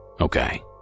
Okay